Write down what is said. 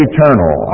Eternal